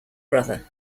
brother